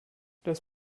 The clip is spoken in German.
das